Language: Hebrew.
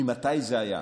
מתי זה היה?